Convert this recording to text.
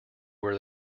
where